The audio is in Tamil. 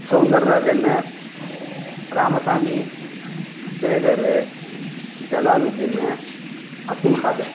சவுந்தர்ராஜன் ராமசாமி சேகர் ஜலாலுதீன் அப்துல் காதர்